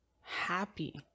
happy